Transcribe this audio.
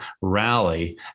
rally